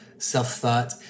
self-thought